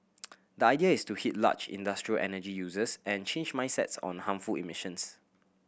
the idea is to hit large industrial energy users and change mindsets on harmful emissions